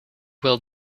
will